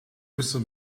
user